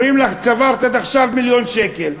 אומרים לך: צברת עד עכשיו מיליון שקל.